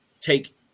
take